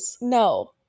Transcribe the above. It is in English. No